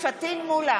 פטין מולא,